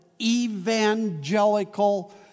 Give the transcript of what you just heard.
evangelical